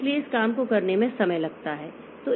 इसलिए इस काम को करने में समय लगता है